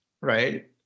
right